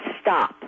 stop